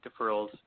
deferrals